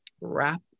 wrap